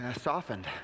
softened